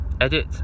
edit